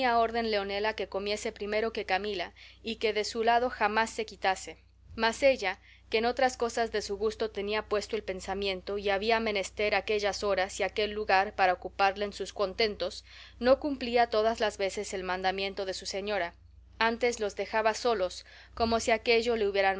orden leonela que comiese primero que camila y que de su lado jamás se quitase mas ella que en otras cosas de su gusto tenía puesto el pensamiento y había menester aquellas horas y aquel lugar para ocuparle en sus contentos no cumplía todas veces el mandamiento de su señora antes los dejaba solos como si aquello le hubieran